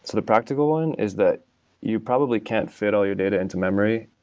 so the practical one is that you probably can't fit all your data into memory.